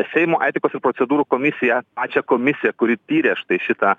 seimo etikos ir procedūrų komisiją pačią komisiją kuri tyrė štai šitą